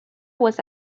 was